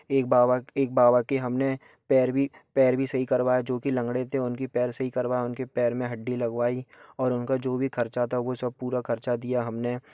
एक बाबा एक बाबा की हमने पैर भी पैर भी सही करवाया जो की लंगड़े थे उनकी पैर सही करवाए उनके पैर में हड्डी लगवाई और उनका जो भी खर्चा था वो सब पूरा खर्चा दिया हमने